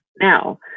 Now